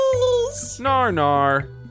Narnar